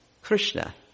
Krishna